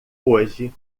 hoje